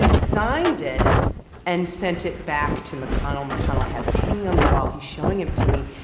signed it and sent it back to mcconnell. mcconnell has it hanging on the wall. he's showing it to me,